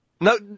No